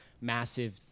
massive